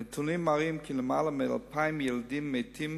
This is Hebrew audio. הנתונים מראים כי למעלה מ-2,000 ילדים מתים